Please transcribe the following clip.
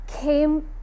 came